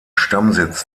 stammsitz